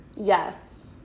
Yes